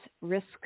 risk